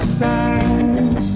side